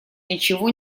ничего